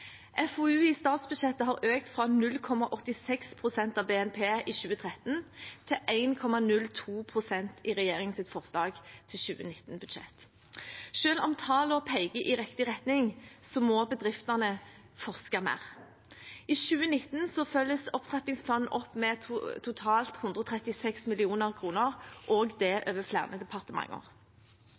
FoU i statsbudsjettet har økt fra 0,86 pst. av BNP i 2013 til 1,02 pst. i regjeringens forslag til 2019-budsjett. Selv om tallene peker i riktig retning, må bedriftene forske mer. I 2019 følges opptrappingsplanen opp med totalt 136 mill. kr – også det over flere departementer.